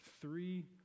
three